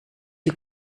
you